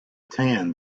tan